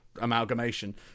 amalgamation